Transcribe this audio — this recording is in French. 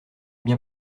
bien